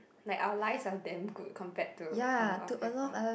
like our lives are damn good compared to a lot of people